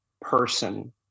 person